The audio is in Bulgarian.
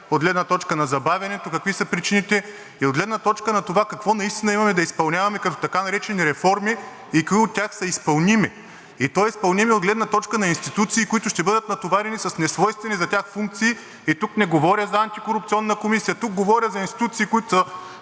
от гледна точка на забавянето какви са причините, и от гледна точка на това какво наистина имаме да изпълняваме към така наречени реформи и кои от тях са изпълними, и то изпълними от гледна точка на институции, които ще бъдат натоварени с несвойствени за тях функции. Тук не говоря за Антикорупционната комисия. Говоря за институции, които са